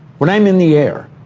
when i'm in the air,